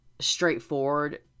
straightforward